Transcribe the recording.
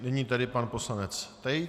Nyní tedy pan poslanec Tejc.